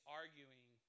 arguing